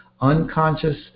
unconscious